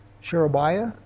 Sherebiah